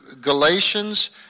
Galatians